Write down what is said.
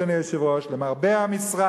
אדוני היושב-ראש: "למרבה המשרה